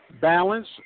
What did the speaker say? balance